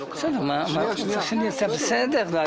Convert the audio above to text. של מישהו שגר בבית שלו 20 שנה?